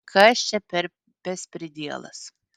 kas čia per bespridielas